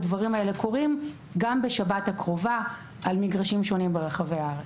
האלה דברים יקרו גם בשבת הקרובה על מגרשים שונים ברחבי הארץ.